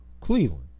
cleveland